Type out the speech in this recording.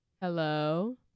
Hello